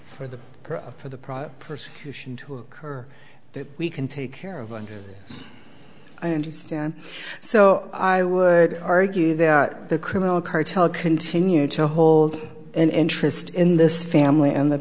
for the for the prior persecution to occur that we can take care of one i understand so i would argue that the criminal cartel continued to hold an interest in this family and the